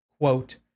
quote